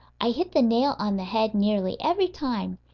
i hit the nail on the head nearly every time.